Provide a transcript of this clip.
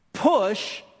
Push